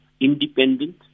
independent